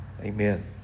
Amen